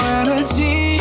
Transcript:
energy